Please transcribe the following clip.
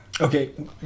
Okay